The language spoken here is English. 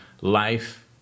life